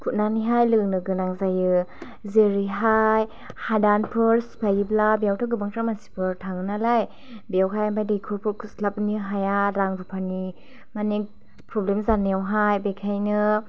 खुरनानैहाइ लोंनो गोनां जायो जेरैहाइ हादानफोर सिफायोब्ला बेयावथ' गोबांफ्राम मानसिफोर थाङो नालाइ बेवहाय ओमफ्राइ दैखरखौ खुरस्लाबनो हाया रां रुफानि माने फ्रब्लेम जानाइखौ बेखाइनो